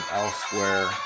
elsewhere